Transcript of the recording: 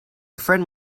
friend